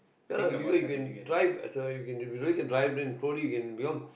no no you can drive as a you can really uh drive then slowly you can become